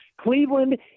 Cleveland